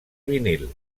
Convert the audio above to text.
vinil